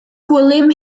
gwilym